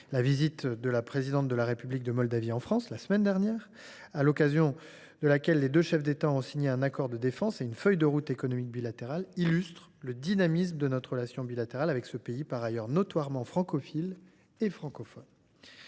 La visite de la Présidente de la République de Moldavie en France, la semaine dernière, à l’occasion de laquelle les deux chefs d’État ont signé un accord de défense et une feuille de route économique bilatérale, illustre le dynamisme de notre relation bilatérale avec ce pays, par ailleurs notoirement francophile et francophone.